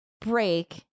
break